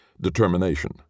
determination